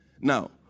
Now